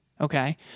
Okay